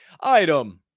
Item